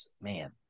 Man